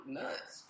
nuts